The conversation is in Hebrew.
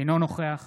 אינו נוכח